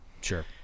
Sure